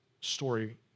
story